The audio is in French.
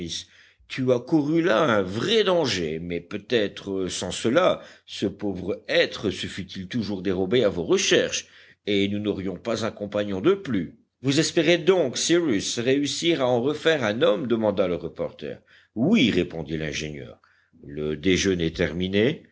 tu as couru là un vrai danger mais peut-être sans cela ce pauvre être se fût-il toujours dérobé à vos recherches et nous n'aurions pas un compagnon de plus vous espérez donc cyrus réussir à en refaire un homme demanda le reporter oui répondit l'ingénieur le déjeuner terminé